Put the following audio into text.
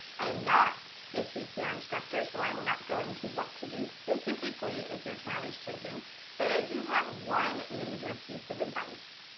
i am not a cpr instructor so i will not go into what to do specifically if your child is choking but i do have one major piece of advice.